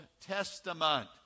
Testament